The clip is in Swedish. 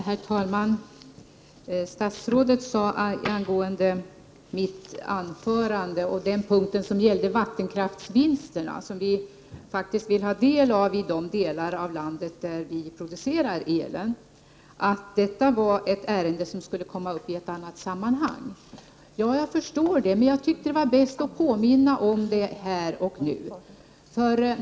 Herr talman! Statsrådet sade angående den punkt i mitt anförande som gällde vattenkraftsvinsterna att detta är ett ärende som skall komma uppi ett annat sammanhang. Vi vill faktiskt ha del av vattenkraftsvinsterna i de delar av landet där vi producerar el. Jag förstår att ärendet skall komma upp i ett annat sammanhang, men jag tyckte att det var bäst att påminna om det här och nu.